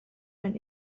ein